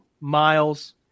Miles